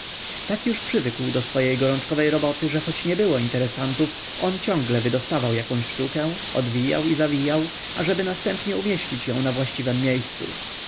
tak już przywykł do swojej gorączkowej roboty że choć nie było interesantów on ciągle wydostawał jakąś sztukę odwijał i zawijał ażeby następnie umieścić ją na właściwem miejscu